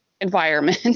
environment